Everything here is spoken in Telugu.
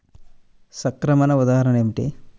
సంక్రమణ ఉదాహరణ ఏమిటి?